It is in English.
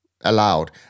allowed